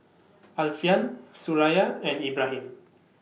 Alfian Suraya and Ibrahim